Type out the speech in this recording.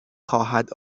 خواهد